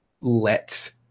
let